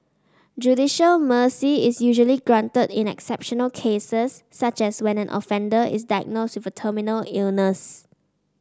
judicial mercy is usually granted in exceptional cases such as when an offender is diagnosed with a terminal illness